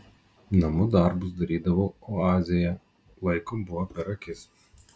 namų darbus darydavau oazėje laiko buvo per akis